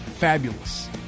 fabulous